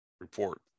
report